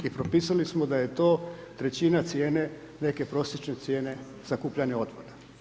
I propisali smo da je to trećina cijene neke prosječne cijene sakupljanja otpada.